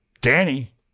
Danny